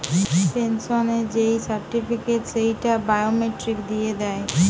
পেনসনের যেই সার্টিফিকেট, সেইটা বায়োমেট্রিক দিয়ে দেয়